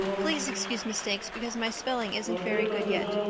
please excuse mistakes because my spelling isn't very good yet,